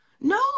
no